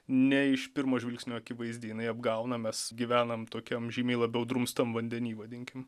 ne iš pirmo žvilgsnio akivaizdi jinai apgauna mes gyvenam tokiam žymiai labiau drumstam vandeny vadinkim